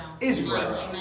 Israel